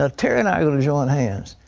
ah terry and i are going to join hands.